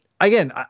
Again